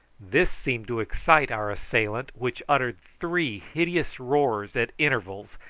this seemed to excite our assailant, which uttered three hideous roars at intervals,